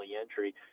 entry